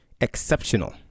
exceptional